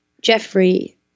Jeffrey